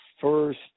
first